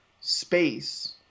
space